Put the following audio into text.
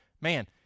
Man